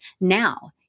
Now